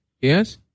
Yes